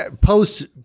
post